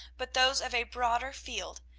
but those of a broader field,